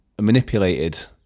manipulated